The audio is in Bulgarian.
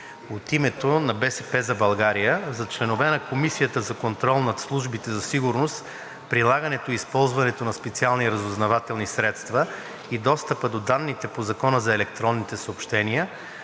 От името на „БСП за България“ за членове на Комисията за контрол над службите за сигурност, прилагането и използването на специалните разузнавателни средства и достъпа до данните по Закона за електронните съобщения